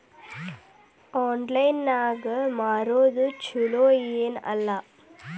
Online ನಾಗ್ ಮಾರೋದು ಛಲೋ ಏನ್ ಇಲ್ಲ?